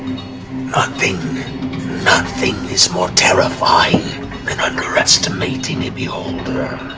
nothing nothing is more terrifying than underestimating a beholder.